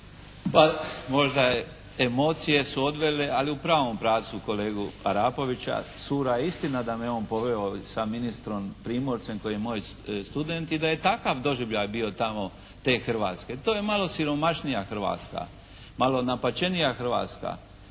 Pa možda emocije su odvele, ali u pravom pravcu kolegu Arapovića. Sura je istina da me on poveo sa ministrom Primorcem koji je moj student i da je takav doživljaj bio tamo te Hrvatske. To je malo siromašnija Hrvatska, malo napaćenija Hrvatska,